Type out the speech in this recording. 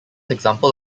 example